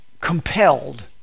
compelled